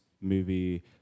movie